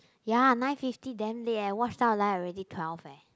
ya nine fifty damn late eh watch 到来 already twelve eh